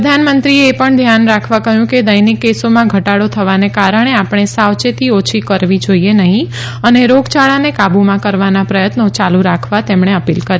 પ્રધાનમંત્રીએ એ પણ ધ્યાન રાખવા કહ્યું કે દૈનિક કેસોમાં ઘટાડો થવાને કારણે આપણે સાવચેતી ઓછી કરવી જોઇએ નહી અને રોગચાળાને કાબુમાં કરવાના પ્રયત્નો ચાલુ રાખવા તેમણે અપીલ કરી